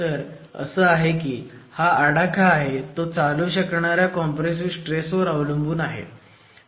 तर असं आहे की हा आडाखा आहे तो चालू शकणाऱ्या कॉम्प्रेसिव्ह स्ट्रेस वर अवलंबून आहे